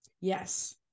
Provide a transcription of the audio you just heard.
yes